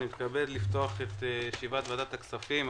אני מתכבד לפתוח את ישיבת ועדת הכספים.